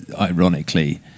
ironically